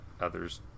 others